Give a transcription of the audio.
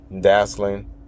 dazzling